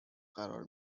قرار